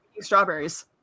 strawberries